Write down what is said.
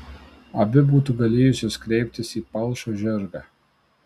abi būtų galėjusios kreiptis į palšą žirgą